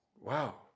Wow